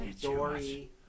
Dory